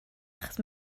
achos